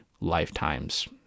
lifetimes